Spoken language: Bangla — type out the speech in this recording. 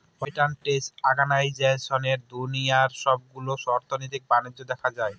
ওয়ার্ল্ড ট্রেড অর্গানাইজেশনে দুনিয়ার সবগুলো অর্থনৈতিক বাণিজ্য দেখা হয়